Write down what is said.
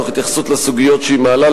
תוך התייחסות לסוגיות שהיא מעלה,